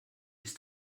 ist